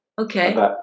Okay